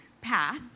path